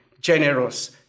generous